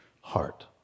heart